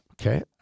Okay